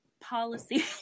policy